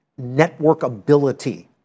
networkability